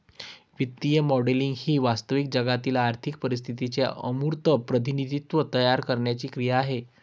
वित्तीय मॉडेलिंग ही वास्तविक जगातील आर्थिक परिस्थितीचे अमूर्त प्रतिनिधित्व तयार करण्याची क्रिया आहे